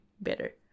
better